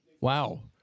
Wow